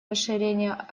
расширения